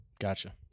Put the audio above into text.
Gotcha